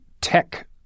tech